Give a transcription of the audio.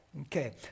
Okay